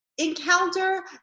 Encounter